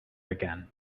again